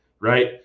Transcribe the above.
right